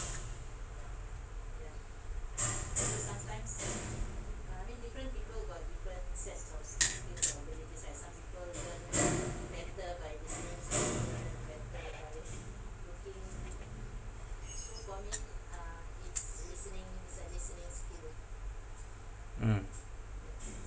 mm